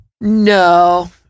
No